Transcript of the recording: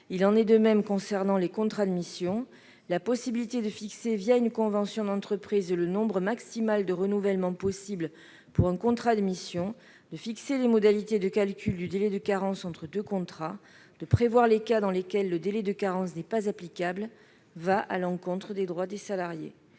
Il en est de même concernant les contrats de mission. La possibilité de fixer, une convention d'entreprise, le nombre maximal de renouvellements possibles pour un contrat de mission, de fixer les modalités de calcul du délai de carence entre deux contrats et de prévoir les cas dans lesquels le délai de carence n'est pas applicable va à l'encontre des droits des salariés.